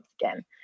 again